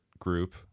Group